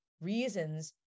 reasons